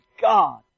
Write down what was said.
God